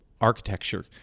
architecture